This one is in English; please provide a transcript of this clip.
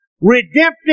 redemptive